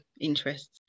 interests